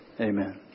Amen